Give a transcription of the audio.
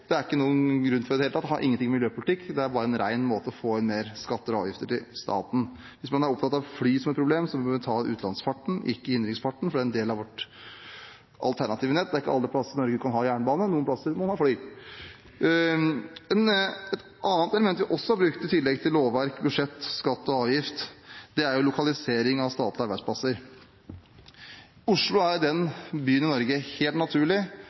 er det ikke noen grunn til i det hele tatt. Det har ingen ting med miljøpolitikk å gjøre. Det er bare en måte å få inn mer i skatter og avgifter til staten på. Hvis man er opptatt av fly som et problem, bør man ta utlandsfarten, ikke innenriksfarten, for den er en del av vårt alternative nett. Det er ikke alle plasser i Norge man kan ha jernbane, noen plasser må man fly. Et annet element vi også har brukt – i tillegg til lovverk, budsjett, skatt og avgift – er lokalisering av statlige arbeidsplasser. Oslo er den byen i Norge – helt naturlig,